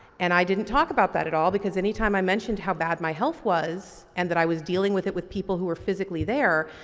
and i didn't talk about that at all because anytime i mentioned how bad my health was, and that i was dealing with it with people who were physically there,